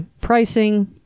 pricing